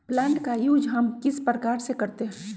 Plant का use हम किस प्रकार से करते हैं?